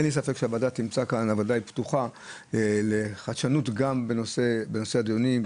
הוועדה פתוחה לחדשנות גם בנושא הדיונים,